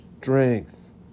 strength